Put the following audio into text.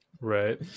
Right